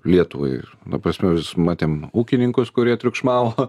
lietuvai ta prasme matėm ūkininkus kurie triukšmavo